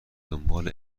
دنبال